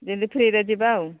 ଯେନ୍ତି ଫ୍ରିରେ ଯିବା ଆଉ